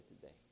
today